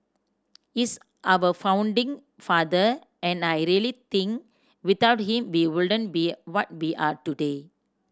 he's our founding father and I really think without him we wouldn't be what we are today